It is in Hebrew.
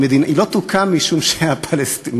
היא לא תוקם משום שהמכונים,